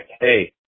hey